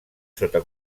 sota